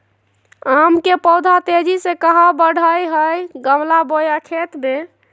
आम के पौधा तेजी से कहा बढ़य हैय गमला बोया खेत मे?